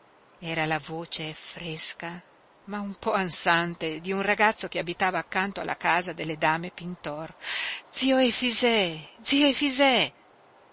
era la voce fresca ma un po ansante di un ragazzo che abitava accanto alla casa delle dame pintor zio efisè zio efisè